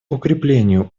укреплению